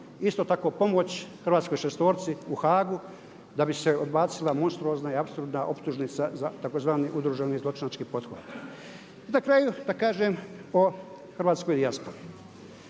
Isto tako pomoć hrvatskoj šestorci u Haagu da bi se odbacila monstruozna i apsolutna optužnica za tzv. udruženi zločinački pothvat. I na kraju da kažem o hrvatskoj dijaspori.